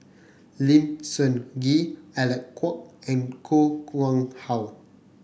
Lim Sun Gee Alec Kuok and Koh Nguang How